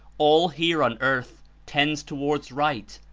all here on earth tends towards right,